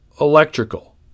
electrical